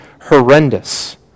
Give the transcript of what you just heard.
horrendous